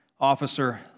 officer